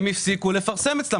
הם הפסיקו לפרסם אצלם.